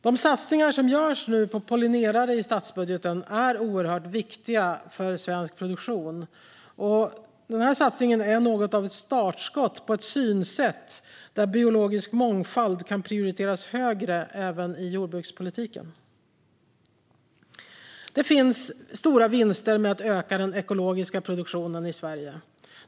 De satsningar på pollinatörer som nu görs i statsbudgeten är oerhört viktiga för svensk produktion och något av ett startskott för ett synsätt där biologisk mångfald kan prioriteras högre även i jordbrukspolitiken. Det finns stora vinster med att öka den ekologiska produktionen i Sverige.